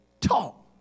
Talk